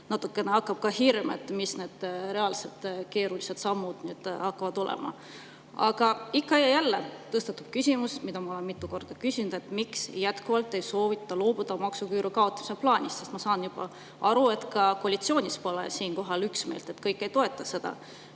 Natukene hakkab hirm, et mis need reaalsed [rasked] sammud hakkavad olema. Aga ikka ja jälle tõstatub küsimus, mida ma olen mitu korda küsinud: miks jätkuvalt ei soovita loobuda maksuküüru kaotamise plaanist? Ma saan juba aru, et ka koalitsioonis pole selles osas üksmeelt, kõik ei toeta seda.